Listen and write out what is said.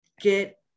get